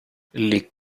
les